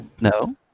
No